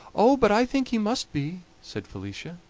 oh! but i think he must be, said felicia.